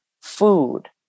food